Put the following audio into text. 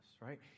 right